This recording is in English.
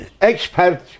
expert